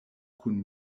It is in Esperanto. kun